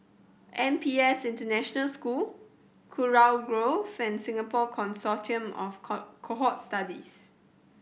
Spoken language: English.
N P S International School Kurau Grove and Singapore Consortium of Cohort Studies